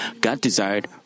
God-desired